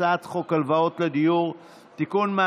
הצעת חוק הלוואות לדיור (תיקון,